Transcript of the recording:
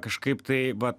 kažkaip tai va